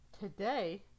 today